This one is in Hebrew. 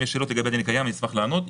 אם יש שאלות על הדין הקיים אני אשמח לענות.